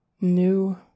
new